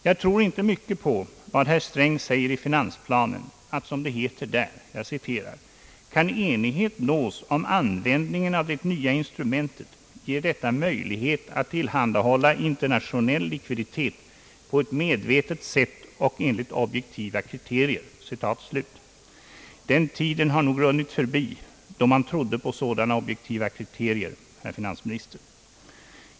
Jag tror inte mycket på vad herr Sträng säger i finansplanen att, som det heter där: »Kan enighet nås om användningen av det nya instrumentet ger detia möjlighet att tillhandahålla internationell likviditet på ett medvetet sätt och enligt objektiva kriterier.» Den tiden har nog runnit förbi, då man trodde på sådana objektiva kriterier, herr finansminister!